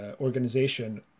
organization